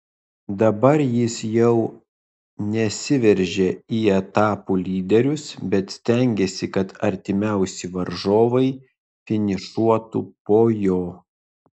dabar jis jau nesiveržia į etapų lyderius bet stengiasi kad artimiausi varžovai finišuotų po jo